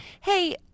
Hey